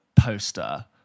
poster